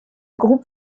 groupe